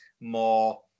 more